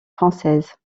française